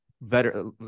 better